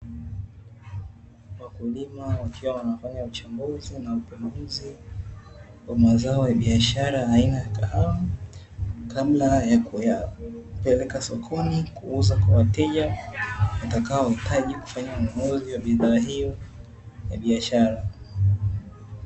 Wakulima wakiwa wanafanya uchambuzi na ukaguzi wa mazao ya biashara aina ya kahawa kabla ya kuyapeleka sokoni kuuza kwa wateja watakaohitaji kufanya ununuzi wa bidhaa hiyo ya biashara.